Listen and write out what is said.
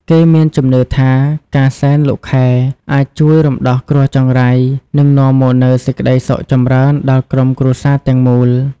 គេមានជំនឿថា ការសែនលោកខែអាចជួយរំដោះគ្រោះចង្រៃ និងនាំមកនូវសេចក្តីសុខចម្រើនដល់ក្រុមគ្រួសារទាំងមូល។